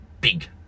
big